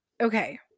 okay